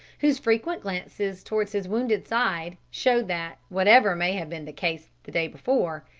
whose frequent glances towards his wounded side showed that, whatever may have been the case the day before,